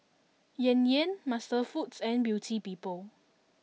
Yan Yan MasterFoods and Beauty People